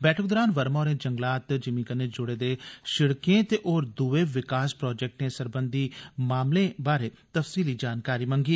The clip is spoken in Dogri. बैठक दौरान वर्मा होरें जंगलात दी ज़िमीयें कन्नै जुड़े दे शिड़कें ते होर द्रए विकास प्रोजैक्टें सरबंधी मामलें बारै तफसीली जानकारी मंगी